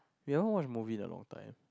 you all watch the movie in the long time